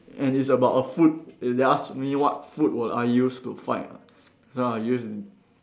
and it's about a food they asked me what food would I use to fight [what] so I'll use